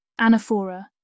anaphora